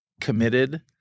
committed